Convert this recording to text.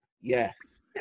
yes